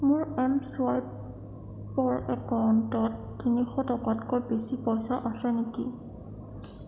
মোৰ M swipe পৰ একাউণ্টত তিনিশ টকাতকৈ বেছি পইচা আছে নেকি